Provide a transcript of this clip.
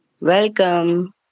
Welcome